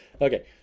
Okay